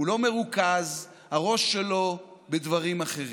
הוא לא מרוכז, הראש שלו בדברים אחרים.